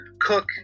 cook